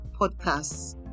podcasts